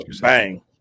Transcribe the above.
bang